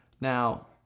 now